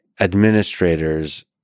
administrators